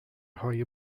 های